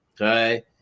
Okay